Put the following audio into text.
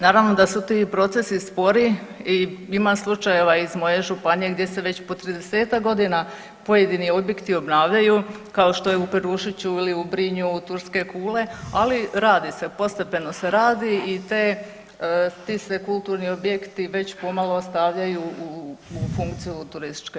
Naravno da su ti procesi spori i ima slučajeva iz moje županije gdje se već po 30-tak godina pojedini objekti obnavljaju kao što je u Perušiću ili u Brinju turske kule, ali radi se, postepeno se radi i te, ti se kulturni objekti već pomalo stavljaju u funkciju turističke